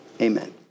Amen